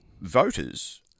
voters